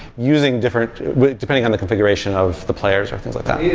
using different depending on the configuration of the players, or things like that yeah